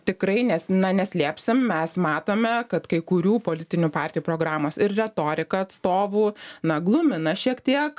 tikrai nes na neslėpsim mes matome kad kai kurių politinių partijų programos ir retorika atstovų na glumina šiek tiek